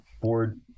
board